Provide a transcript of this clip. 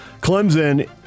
Clemson